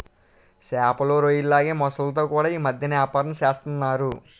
సేపలు, రొయ్యల్లాగే మొసల్లతో కూడా యీ మద్దెన ఏపారం సేస్తన్నారు